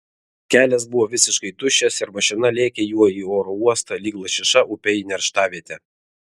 kelias buvo visiškai tuščias ir mašina lėkė juo į oro uostą lyg lašiša upe į nerštavietę